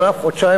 חודשיים,